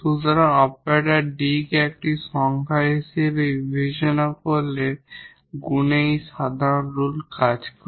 সুতরাং operator D কে একটি সংখ্যা হিসেবে বিবেচনা করলে গুণের এই সাধারণ আইন কাজ করে